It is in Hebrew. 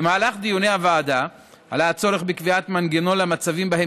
במהלך דיוני הוועדה עלה הצורך בקביעת מנגנון למצבים שבהם